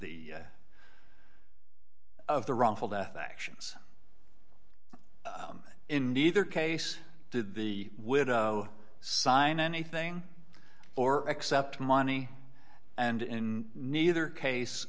the of the wrongful death actions in neither case did the widow sign anything or accept money and in neither case